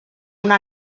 una